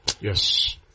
Yes